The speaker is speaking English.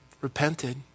repented